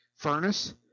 furnace